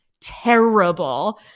terrible